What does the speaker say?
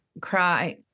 cry